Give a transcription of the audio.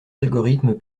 algorithmes